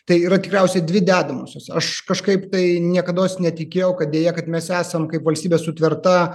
tai yra tikriausiai dvi dedamosios aš kažkaip tai niekados netikėjau kad deja kad mes esam kaip valstybė sutverta